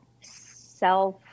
self